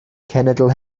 cenedl